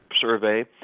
survey